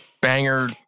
banger